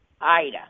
Ida